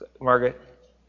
Margaret